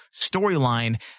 storyline